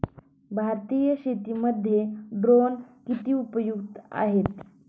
भारतीय शेतीमध्ये ड्रोन किती उपयुक्त आहेत?